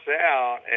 out